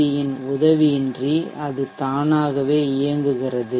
we இன் உதவியின்றி அது தானாகவே இயங்குகிறது